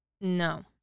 No